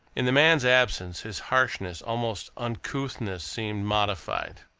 in the man's absence, his harshness, almost uncouthness, seemed modified.